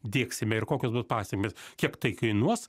diegsime ir kokios bus pasekmės kiek tai kainuos